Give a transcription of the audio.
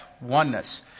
Oneness